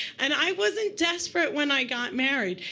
and i wasn't desperate when i got married.